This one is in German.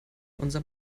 unser